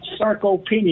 sarcopenia